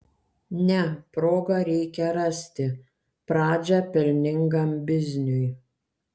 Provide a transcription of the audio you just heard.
ne progą reikia rasti pradžią pelningam bizniui